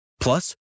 Plus